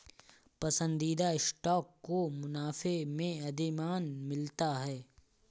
पसंदीदा स्टॉक को मुनाफे में अधिमान मिलता है